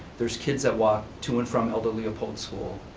there's kids that walk to and from aldo leopold school.